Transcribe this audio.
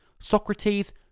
Socrates